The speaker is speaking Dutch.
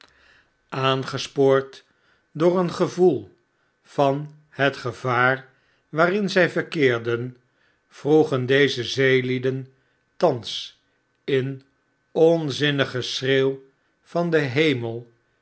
aangespoord door een gevoel van het gevaar waarin zg verkeerden vroegen deze zeelieden thans in onzinnig geschreeuw van den hemel